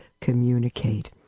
communicate